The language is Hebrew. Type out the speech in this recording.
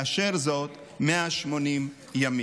לאשר זאת ל-180 ימים.